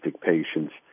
patients